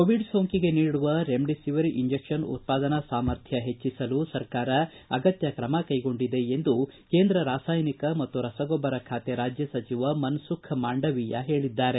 Covid ಸೋಂಕಿಗೆ ನೀಡುವ remdesivir injection ಉತ್ಪಾದನಾ ಸಾಮರ್ಥ್ಯ ಹೆಚ್ಚಿಸಲು ಸರ್ಕಾರ ಅಗತ್ಮ ಕ್ರಮ ಕೈಗೊಂಡಿದೆ ಎಂದು ರಾಸಾಯನಿಕ ಮತ್ತು ರಸಗೊಬ್ಬರ ಖಾತೆ ರಾಜ್ಯ ಸಚಿವ ಮನ್ಸುಖ್ ಮಾಂಡವೀಯ ಹೇಳಿದ್ದಾರೆ